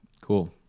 cool